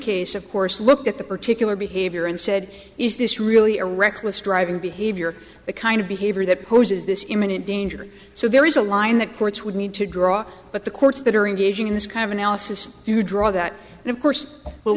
case of course looked at the particular behavior and said is this really a reckless driving behavior the kind of behavior that poses this imminent danger so there is a line that courts would need to draw but the courts that are engaging in this kind of analysis to draw that and of course